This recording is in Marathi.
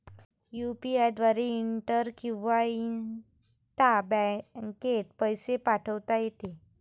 यु.पी.आय द्वारे इंटर किंवा इंट्रा बँकेत पैसे पाठवता येते